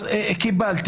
אז קיבל,